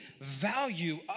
value